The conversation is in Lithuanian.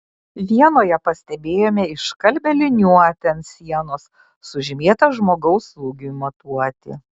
vienoje pastebėjome iškalbią liniuotę ant sienos sužymėtą žmogaus ūgiui matuoti